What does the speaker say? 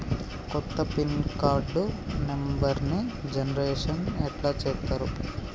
కొత్త pin card నెంబర్ని generation ఎట్లా చేత్తరు?